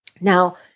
Now